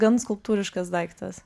gan skulptūriškas daiktas